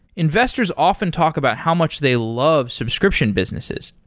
investors often talk about how much they love subscription businesses.